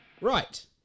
Right